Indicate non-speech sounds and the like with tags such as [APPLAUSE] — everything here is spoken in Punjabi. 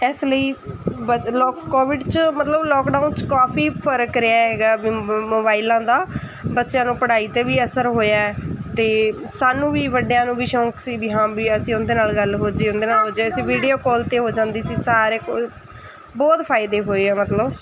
ਇਸ ਲਈ [UNINTELLIGIBLE] ਕੋਵਿਡ 'ਚ ਮਤਲਬ ਲੋਕਡਾਊਨ 'ਚ ਕਾਫੀ ਫਰਕ ਰਿਹਾ ਹੈਗਾ ਮੋਬਾਈਲਾਂ ਦਾ ਬੱਚਿਆਂ ਨੂੰ ਪੜ੍ਹਾਈ 'ਤੇ ਵੀ ਅਸਰ ਹੋਇਆ ਅਤੇ ਸਾਨੂੰ ਵੀ ਵੱਡਿਆਂ ਨੂੰ ਵੀ ਸ਼ੌਂਕ ਸੀ ਵੀ ਹਾਂ ਵੀ ਅਸੀਂ ਉਹਦੇ ਨਾਲ ਗੱਲ ਹੋ ਜੇ ਉਹਦੇ ਨਾਲ ਹੋ ਜੇ ਅਸੀਂ ਵੀਡੀਓ ਕਾਲ 'ਤੇ ਹੋ ਜਾਂਦੀ ਸੀ ਸਾਰੇ ਕੋਈ ਬਹੁਤ ਫਾਇਦੇ ਹੋਏ ਆ ਮਤਲਬ